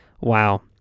Wow